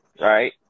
right